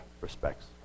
respects